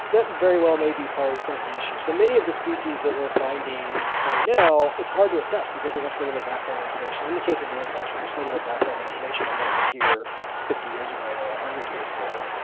that very well may be part of the issue. so, many of the species that we are finding right now, it's hard to assess because we have so little background information, in the case of the insects we have so little background information on what was here fifty years ago or one ah hundred years ago.